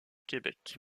québec